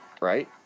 right